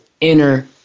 inner